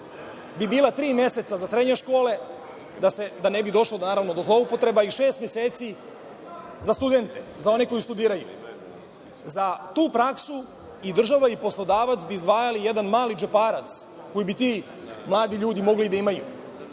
bi bila tri meseca za srednje škole da ne bi došlo do zloupotreba i šest meseci za studente, za one koji studiraju. Za tu praksu i država i poslodavac bi izdvajali jedan mali džeparac koji bi ti mladi ljudi mogli da imaju.